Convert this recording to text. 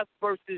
versus